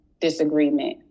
disagreement